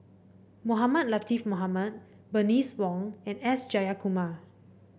Mohamed Latiff Mohamed Bernice Wong and S Jayakumar